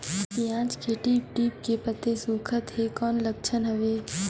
पियाज के टीप टीप के पतई सुखात हे कौन लक्षण हवे?